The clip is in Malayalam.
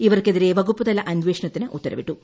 ഇവർക്കെതിരെ വകുപ്പുതല അന്വേഷണത്തിനു ഉത്തരവിട്ടു